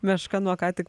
meška nuo ką tik